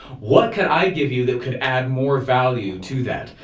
what can i give you that could add more value to that.